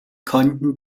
konnten